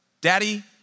Daddy